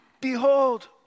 Behold